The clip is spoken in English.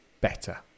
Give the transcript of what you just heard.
better